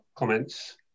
comments